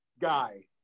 guy